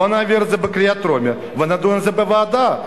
בוא נעביר את זה בקריאה טרומית ונדון בזה בוועדה.